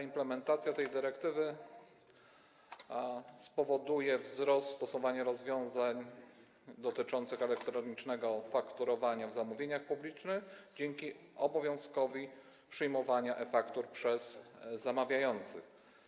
Implementacja tej dyrektywy spowoduje wzrost stosowania rozwiązań dotyczących elektronicznego fakturowania w zamówieniach publicznych dzięki obowiązkowi przyjmowania e-faktur przez zamawiających.